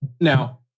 Now